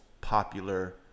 popular